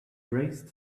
braced